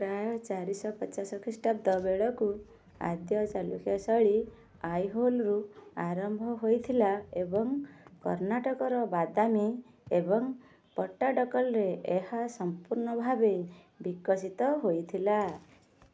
ପ୍ରାୟ ଚାରି ଶହ ପଚାଶ ଖ୍ରୀଷ୍ଟାବ୍ଦ ବେଳକୁ ଆଦ୍ୟ ଚାଲୁକ୍ୟ ଶୈଳୀ ଆଇହୋଲ୍ରୁ ଆରମ୍ଭ ହୋଇଥିଲା ଏବଂ କର୍ଣ୍ଣାଟକର ବାଦାମୀ ଏବଂ ପଟ୍ଟାଡ଼କଲରେ ଏହା ସମ୍ପୂର୍ଣ୍ଣ ଭାବେ ବିକଶିତ ହୋଇଥିଲା